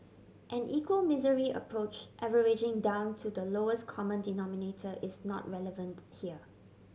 an equal misery approach averaging down to the lowest common denominator is not relevant here